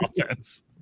offense